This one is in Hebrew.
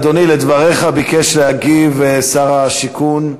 אדוני, על דבריך ביקש להגיב שר השיכון,